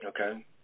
okay